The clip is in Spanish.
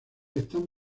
están